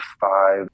five